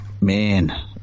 man